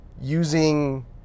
using